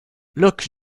look